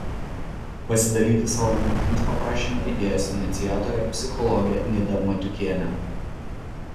pasidalyti savo mintimis paprašėme idėjos iniciatorę psichologę nidą matiukienę